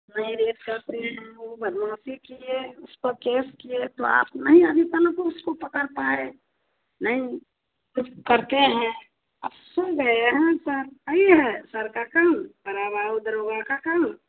मेरे साथ वह बदमाशी किए उसपर केस किए तो आप नहीं अभी तलक उसको पकड़ पाएँ नहीं कुछ करते हैं आप सुन रहे हैं ना सर यहीं है सर का काम दरोगा का काम